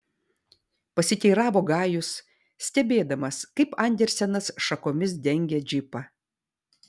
pasiteiravo gajus stebėdamas kaip andersenas šakomis dengia džipą